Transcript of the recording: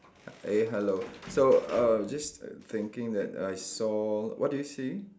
eh hello so uh just thinking that I saw what do you see